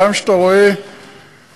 גם כשאתה רואה כלב,